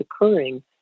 occurring